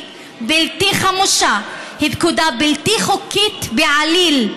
בלתי חמושה היא פקודה בלתי חוקית בעליל.